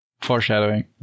Foreshadowing